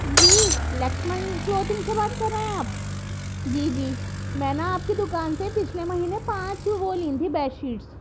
جی Lakshman clothing سے بات کر رہے ہیں آپ جی جی میں نا آپ کی دکان سے پچھلے مہینے پانچ وہ لی تھیں بیڈ شیٹس